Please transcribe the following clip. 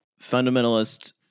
fundamentalist